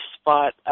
spot